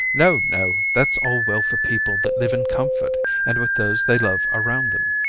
no! no! that's all well for people that live in comfort and with those they love around them.